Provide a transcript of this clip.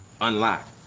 unlock